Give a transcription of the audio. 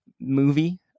movie